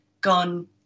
gone